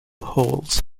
holes